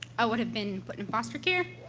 i would have been put in foster care.